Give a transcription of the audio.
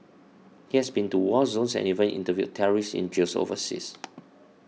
he has been to war zones and even interviewed terrorists in jails overseas